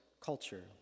culture